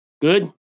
good